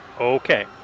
Okay